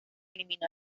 eliminó